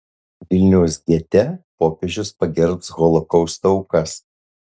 vilniaus gete popiežius pagerbs holokausto aukas